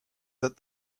that